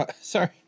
sorry